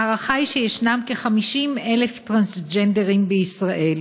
ההערכה היא שישנם כ-50,000 טרנסג'נדרים בישראל,